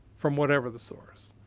from whatever the source.